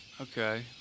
okay